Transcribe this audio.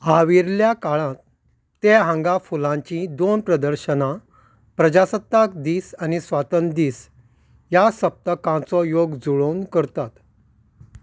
आर्विल्ल्या काळांत ते हांगा फुलांची दोन प्रदर्शनां प्रजासत्ताक दीस आनी स्वातंत्र्य दीस ह्या सप्तकांचो योग जुळोवन करतात